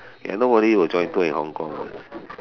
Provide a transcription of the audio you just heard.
ya nobody will join tour in Hong-Kong